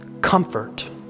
comfort